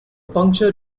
puncture